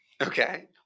Okay